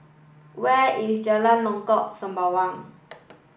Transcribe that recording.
where is Jalan Lengkok Sembawang